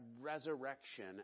resurrection